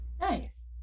Nice